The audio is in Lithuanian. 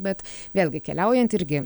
bet vėlgi keliaujant irgi